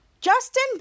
Justin